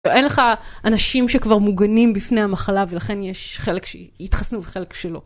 אין לך אנשים שכבר מוגנים בפני המחלה ולכן יש חלק שהתחסנו וחלק שלא.